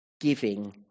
Giving